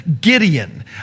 Gideon